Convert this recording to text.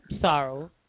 sorrow